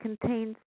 contains